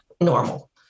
normal